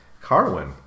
Carwin